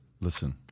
listen